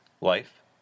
life